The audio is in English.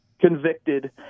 convicted